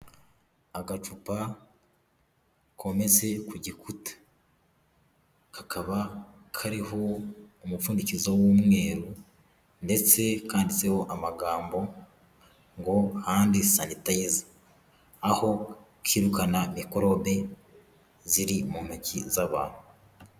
Agacupa kometse ku gikuta kakaba kariho umupfundikizo w'umweru ndetse kandiditseho amagambo ngo handi sanitayiza, aho kirukana mikorobe ziri mu ntoki z'abantu.